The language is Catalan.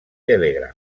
telegram